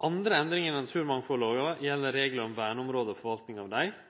Andre endringar i naturmangfaldlova gjeld reglar om verneområde og forvaltninga av dei.